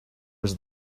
was